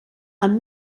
amb